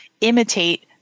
imitate